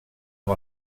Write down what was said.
amb